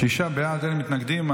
שישה בעד, אין מתנגדים.